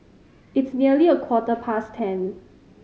its nearly a quarter past ten